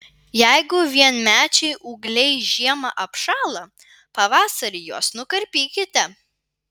jeigu vienmečiai ūgliai žiemą apšąla pavasarį juos nukarpykite